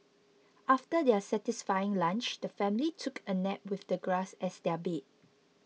after their satisfying lunch the family took a nap with the grass as their bed